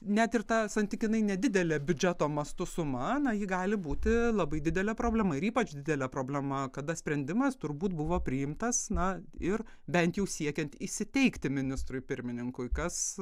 net ir ta santykinai nedidelė biudžeto mastu suma na ji gali būti labai didelė problema ir ypač didelė problema kada sprendimas turbūt buvo priimtas na ir bent jau siekiant įsiteikti ministrui pirmininkui kas